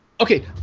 Okay